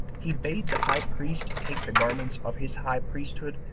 he bade the high priest take the garments of his high priesthood,